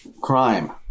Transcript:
crime